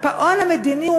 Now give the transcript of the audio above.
הקיפאון המדיני,